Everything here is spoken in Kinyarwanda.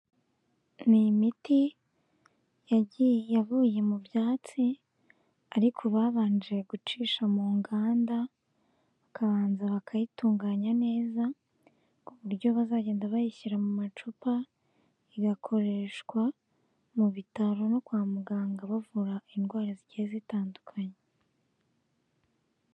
Ni imiti yavuye mu byatsi, ariko babanje gucisha mu nganda, bakabanza bakayitunganya neza, ku buryo bazagenda bayishyira mu macupa, igakoreshwa mu bitaro no kwa muganga bavura indwara zigiye zitandukanye.